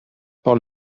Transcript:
par